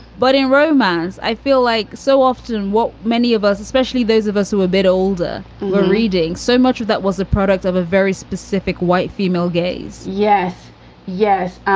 but in romance, i feel like so often what many of us, especially those of us who are a bit older, were reading. so much of that was a product of a very specific white female gaze. yes yes.